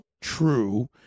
true